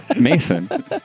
Mason